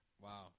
Wow